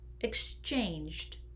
exchanged